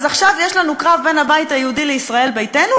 אז עכשיו יש לנו קרב בין הבית היהודי לישראל ביתנו,